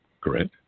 correct